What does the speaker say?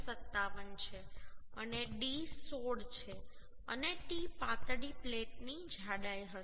57 છે અને d 16 છે અને t પાતળી પ્લેટની જાડાઈ હશે